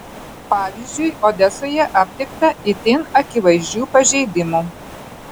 pavyzdžiui odesoje aptikta itin akivaizdžių pažeidimų